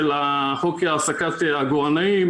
חוקי העסקת עגורנאים,